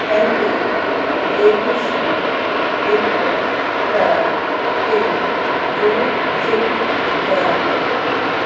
पंहिंजे A B C हिकु ॿ टे जो ज़िक्रु कयां पई